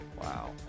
Wow